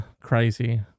crazy